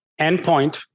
Endpoint